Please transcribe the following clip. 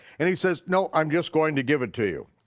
and he says nope, i'm just going to give it to you.